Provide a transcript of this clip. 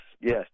yes